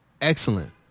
Excellent